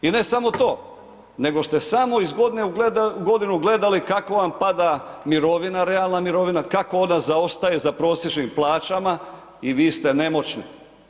I ne samo to, nego ste samo iz godine u godinu gledali kako vam pada mirovina, realna mirovina, kako ona zaostaje za prosječnim plaćama i vi ste nemoćni.